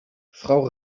frau